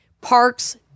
parks